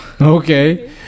Okay